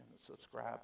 subscribe